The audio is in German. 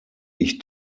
ich